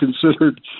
considered